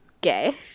gay